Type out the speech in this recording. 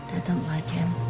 don't like him.